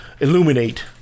illuminate